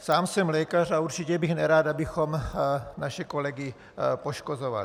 Sám jsem lékař a určitě bych nerad, abychom naše kolegy poškozovali.